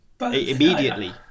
immediately